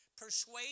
persuade